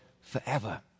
forever